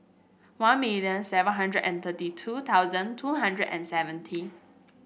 One million seven hundred and thirty two thousand two hundred and seventy